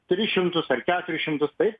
tris šimtus ar keturis šimtus taip